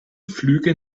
flüge